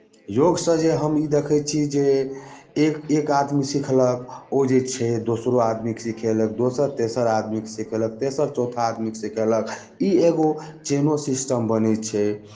योगसँ जे हम ई देखै छी जे एक एक आदमी सिखलक ओ जे छै दोसरो आदमीकेँ सिखेलक दोसर तेसर आदमीकेँ सिखेलक तेसर चौथा आदमीकेँ सिखेलक ई एगो चेनो सिस्टम बनै छै